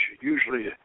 usually